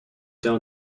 down